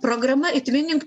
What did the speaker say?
programa itvinink